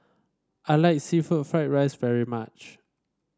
I like seafood fry rice very much